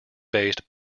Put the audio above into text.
based